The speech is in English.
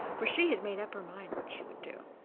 for she had made up her mind what she would do.